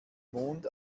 mond